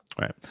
Right